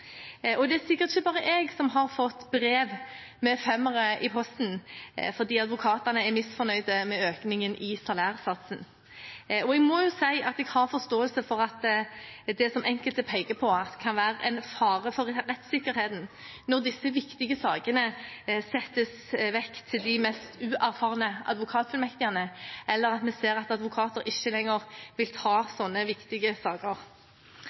Det er sikkert ikke bare jeg som har fått brev med femmere i posten fordi advokatene er misfornøyd med økningen i salærsatsen, og jeg må si at jeg har forståelse for at det – som enkelte peker på – kan være en fare for rettssikkerheten når disse viktige sakene settes vekk til de mest uerfarne advokatfullmektigene, eller vi ser at advokater ikke lenger vil ta slike viktige saker.